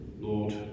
Lord